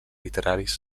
literaris